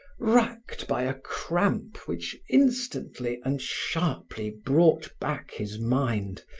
racked by a cramp which instantly and sharply brought back his mind,